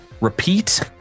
repeat